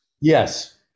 Yes